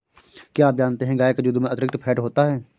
क्या आप जानते है गाय के दूध में अतिरिक्त फैट होता है